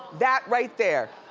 that, right there.